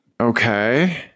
Okay